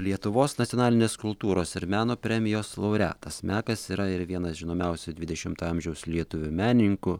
lietuvos nacionalinės kultūros ir meno premijos laureatas mekas yra ir vienas žinomiausių dvidešimto amžiaus lietuvių menininkų